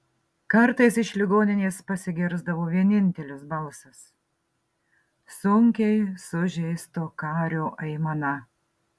kartais iš ligoninės pasigirsdavo vienintelis balsas sunkiai sužeisto kario aimana